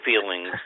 feelings